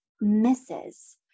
misses